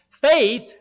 Faith